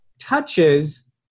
touches